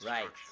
Right